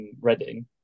Reading